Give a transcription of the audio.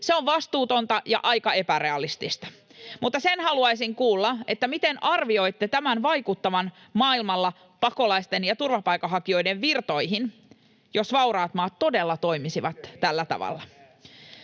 Se on vastuutonta ja aika epärealistista. Mutta sen haluaisin kuulla, miten arvioitte tämän vaikuttavan maailmalla pakolaisten ja turvapaikanhakijoiden virtoihin, jos vauraat maat todella toimisivat tällä tavalla.